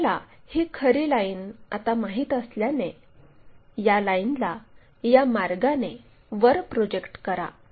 आपल्याला ही खरी लाईन आता माहित असल्याने या लाईनला या मार्गाने वर प्रोजेक्ट करा